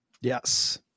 Yes